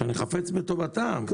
שאני חפץ בטובתם,